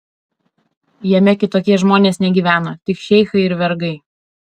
jame kitokie žmonės negyveno tik šeichai ir vergai